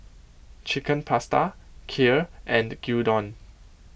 Chicken Pasta Kheer and Gyudon